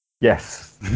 Yes